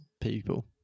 people